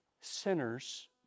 sinners